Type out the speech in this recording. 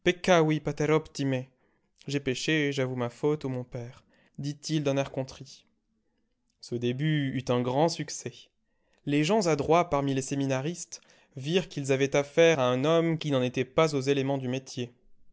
mon père dit-il d'un air contrit ce début eut un grand succès les gens adroits parmi les séminaristes virent qu'ils avaient affaire à un homme qui n'en était pas aux éléments du métier